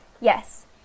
yes